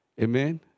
Amen